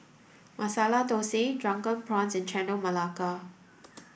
Masala Thosai drunken prawns and Chendol Melaka